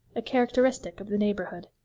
a characteristic of the neighbourhood.